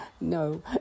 No